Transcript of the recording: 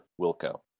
Wilco